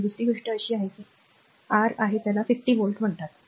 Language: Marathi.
आता दुसरी गोष्ट अशी आहे की ज्याला कॉल आहे त्याला 50 व्होल्ट म्हणतात